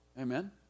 Amen